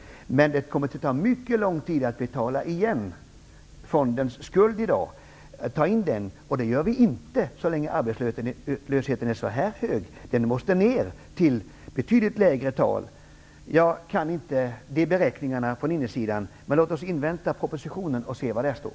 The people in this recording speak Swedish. Men det kommer att ta mycket lång tid att betala igen fondens nuvarande skuld. Det gör vi inte så länge arbetslösheten är så hög som i dag. Den måste ner till betydligt lägre tal. Jag kan inte de beräkningarna från insidan, men låt oss invänta propositionen och se vad där står.